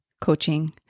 coaching